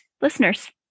listeners